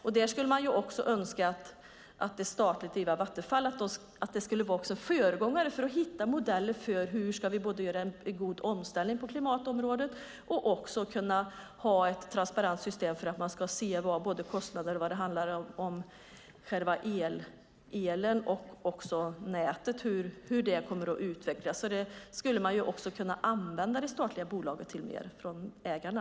Man skulle önska att det statligt drivna Vattenfall skulle vara föregångare för att hitta modeller för en god omställning på klimatområdet och ett transparent system för att man ska se kostnaderna för själva elen och för nätet och hur de kommer att utvecklas. Det skulle man kunna använda i det statliga bolaget mer från ägarna.